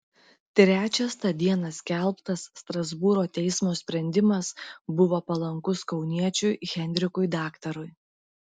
trečias tą dieną skelbtas strasbūro teismo sprendimas buvo palankus kauniečiui henrikui daktarui